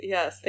Yes